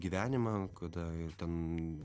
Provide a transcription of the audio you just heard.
gyvenimą kada ten